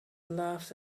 laughed